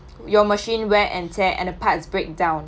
your machine wear and tear and a parts breakdown